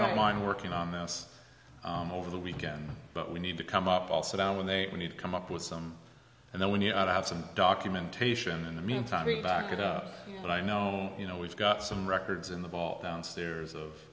don't mind working on this over the weekend but we need to come up also down when they need to come up with some and then when you have some documentation in the meantime be back it up but i know you know we've got some records in the vault downstairs of